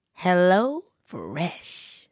HelloFresh